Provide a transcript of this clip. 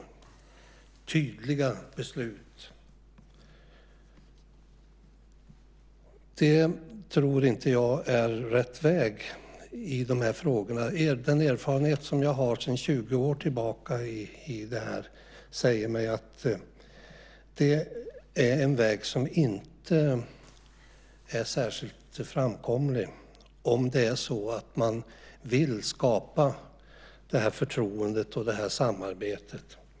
Här ska fattas tydliga beslut. Det tror inte jag är rätt väg i de här frågorna. Den erfarenhet som jag har sedan 20 år tillbaka säger mig att det är en väg som inte är särskilt framkomlig om det är så att man vill skapa det här förtroendet och det här samarbetet.